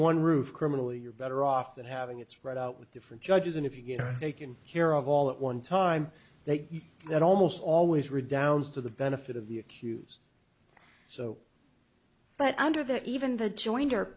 one roof criminal you're better off than having it spread out with different judges and if you get taken care of all at one time they are almost always redounds to the benefit of the accused so but under the even the join